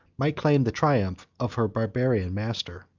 might claim the triumph of her barbarian master.